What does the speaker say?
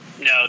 No